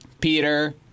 Peter